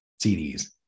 CDs